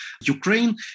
Ukraine